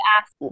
ask